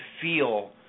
feel